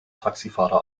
taxifahrer